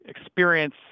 experience